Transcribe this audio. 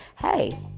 Hey